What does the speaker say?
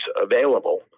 available